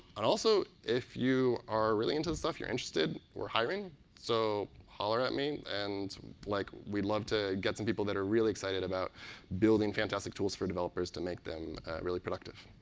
and also if you are really into this stuff, if you're interested, we're hiring so holler at me and like we'd love to get some people that are really excited about building fantastic tools for developers to make them really productive.